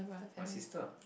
my sister